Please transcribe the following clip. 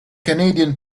canadian